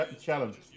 challenge